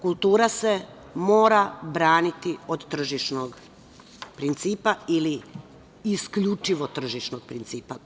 Kultura se mora braniti od tržišnog principa ili isključivo tržišnog principa.